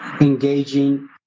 engaging